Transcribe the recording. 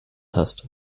hast